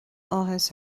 áthas